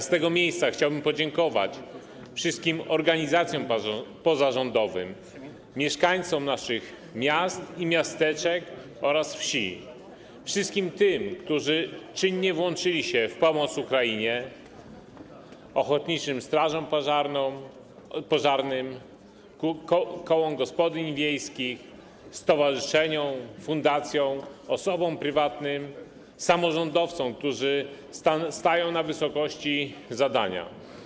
Z tego miejsca chciałbym podziękować wszystkim organizacjom pozarządowym, mieszkańcom naszych miast i miasteczek oraz wsi, wszystkim tym, którzy czynnie włączyli się w pomoc Ukrainie, ochotniczym strażom pożarnym, kołom gospodyń wiejskich, stowarzyszeniom, fundacjom, osobom prywatnym, samorządowcom, którzy stają na wysokości zadania.